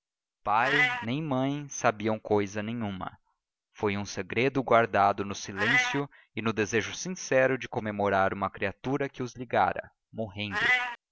pai nem mãe sabiam cousa nenhuma foi um segredo guardado no silêncio e no desejo sincero de comemorar uma criatura que os ligara morrendo